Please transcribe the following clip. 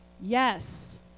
Yes